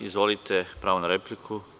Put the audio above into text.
Izvolite, pravo na repliku.